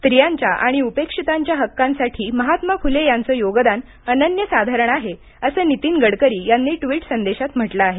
स्त्रियांच्या आणि उपेक्षितांच्या हक्कांसाठी महात्मा फुले यांचं योगदान अनन्य साधारण आहे असं नितीन गडकरी यांनी ट्विट संदेशात म्हटलं आहे